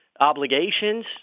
obligations